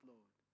Lord